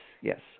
yes